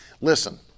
Listen